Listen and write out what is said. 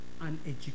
uneducated